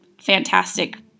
fantastic